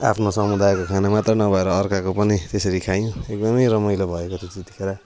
आफ्नो समुदायको खाना मात्र नभएर अर्काको पनि त्यसरी खायौँ एकदमै रमाइलो भएको थियो त्यतिखेर